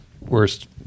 worst